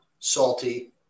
salty